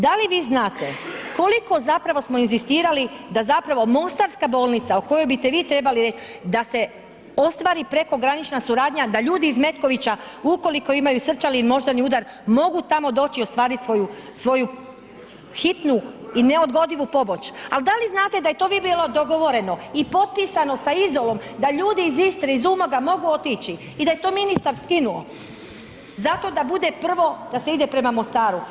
Da li vi znate koliko zapravo smo inzistirali da zapravo Mostarska bolnica o koj bite vi trebali reć, da se ostvari prekogranična suradnja da ljudi iz Metkovića ukoliko imaju srčani ili moždani udar mogu tamo doći i ostvarit svoju hitnu i neodgodivu pomoć, ali da li znate da je to bilo dogovoreno i potpisano sa Izolom, da ljudi iz Istre iz Umaga mogu otići i da je to ministar skinuo zato da bude prvo da se ide prema Mostaru.